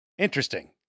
Interesting